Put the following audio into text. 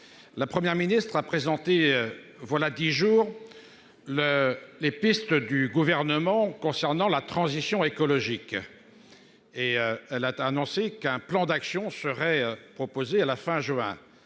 La Première ministre a présenté. Voilà 10 jours. Le les pistes du gouvernement concernant la transition écologique. Et elle a annoncé qu'un plan d'action seraient proposées à la fin juin.